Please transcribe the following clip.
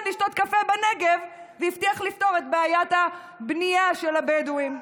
לשתות קפה בנגב והבטיח לפתור את בעיית הבנייה של הבדואים.